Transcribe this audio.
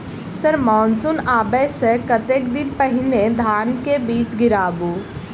Sir monsoon आबै सऽ कतेक दिन पहिने धान केँ बीज गिराबू?